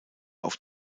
auf